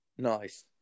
Nice